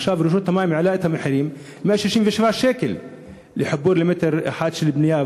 עכשיו רשות המים העלתה את המחירים: 167 שקלים לחיבור למטר אחד של בנייה,